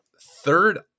third